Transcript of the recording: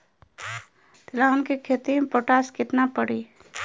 तिलहन के खेती मे पोटास कितना पड़ी?